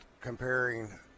comparing